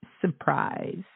surprise